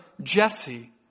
Jesse